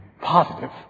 positive